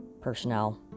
personnel